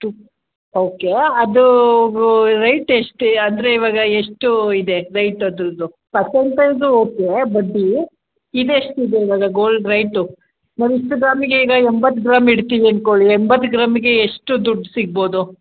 ತುಪ್ okay ಅದು rate ಎಷ್ಟು ಅಂದರೆ ಇವಾಗ ಎಷ್ಟು ಇದೆ ರೇಟು ಅದ್ರದ್ದು ಪರ್ಸೆಂಟೇಜು ಓಕೆ ಬಡ್ಡಿ ಇದು ಎಷ್ಟಿದೆ ಇವಾಗ ಗೋಲ್ಡ್ ರೇಟು ಇವಿಷ್ಟು ಗ್ರಾಮಿಗೆ ಈಗ ಎಂಬತ್ತು ಗ್ರಾಮ್ ಇಡ್ತೀವಿ ಅನ್ಕೊಳ್ಳಿ ಎಂಬತ್ತು ಗ್ರಾಮಿಗೆ ಎಷ್ಟು ದುಡ್ಡು ಸಿಗ್ಬೋದು